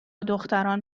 دختران